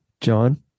John